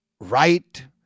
right